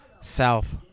south